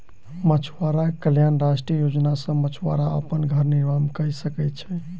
मछुआरा कल्याण राष्ट्रीय योजना सॅ मछुआरा अपन घर निर्माण कय सकै छै